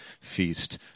feast